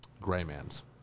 Grayman's